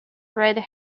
red